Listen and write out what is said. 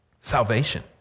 salvation